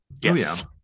yes